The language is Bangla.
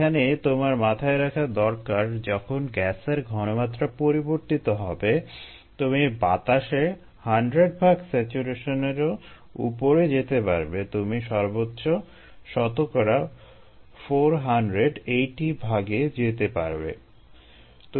এখানে তোমার মাথায় রাখা দরকার যখন গ্যাসের ঘনমাত্রা পরিবর্তিত হবে তুমি বাতাসে 100 ভাগ স্যাচুরেশনেরও উপরে যেতে পারবে তুমি সর্বোচ্চ শতকরা 480 ভাগে যেতে পারবে